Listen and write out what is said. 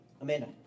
Amanda